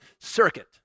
circuit